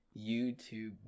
YouTube